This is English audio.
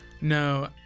No